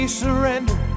surrender